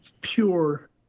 pure